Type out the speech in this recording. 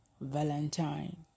valentine